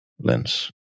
lens